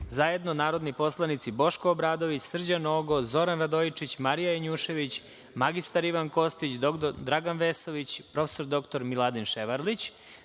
zajedno narodni poslanici Boško Obradović, Srđan Nogo, Zoran Radojičić, Marija Janjušević, mrIvan Kostić, dr Dragan Vesović, prof. dr Miladin Ševarlić,